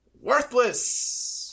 worthless